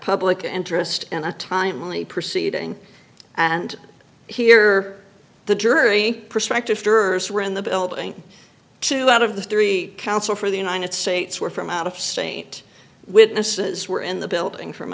public interest in a timely proceeding and here the jury prospective jurors were in the building two out of the three counsel for the united states were from out of state witnesses were in the building from